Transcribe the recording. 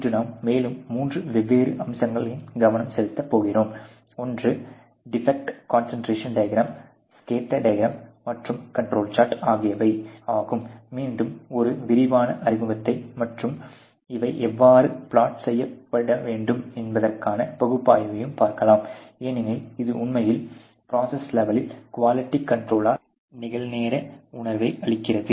இன்று நாம் மேலும் மூன்று வெவ்வேறு அம்சங்களில் கவனம் செலுத்த போகிறோம் ஒன்று defect concentration diagram scatter diagram மற்றும் கண்ட்ரோல் சார்ட் ஆகியவை மீண்டும் ஒரு விரிவான அறிமுகத்தையும் மற்றும் இவை எவ்வாறு ப்ளோட் செய்யப்பட்டிருக்க வேண்டும் என்பதற்கான பகுப்பாய்வையும் பார்க்கலாம் ஏனெனில் இது உண்மையில் ப்ரோசஸ் லெவலில் குவாலிட்டி கண்ட்ரோல் நிகழ்நேர உணர்வை அளிக்கிறது